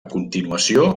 continuació